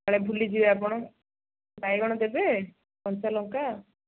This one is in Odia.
କାଳେ ଭୁଲିଯିବେ ଆପଣ ବାଇଗଣ ଦେବେ କଞ୍ଚା ଲଙ୍କା